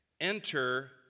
Enter